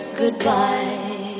goodbye